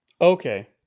okay